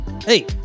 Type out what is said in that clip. hey